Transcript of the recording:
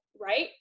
right